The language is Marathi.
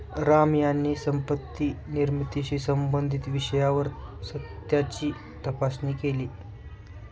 राम यांनी संपत्ती निर्मितीशी संबंधित विषयावर सत्याची तपासणी केली